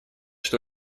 что